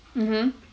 mm